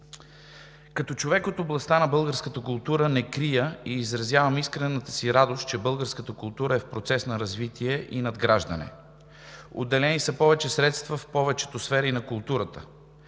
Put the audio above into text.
Като човек от областта на българската култура не крия и изразявам искрената си радост, че българската култура е в процес на развитие и надграждане. Отделени са повече средства в повечето сфери на културата.